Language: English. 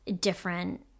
different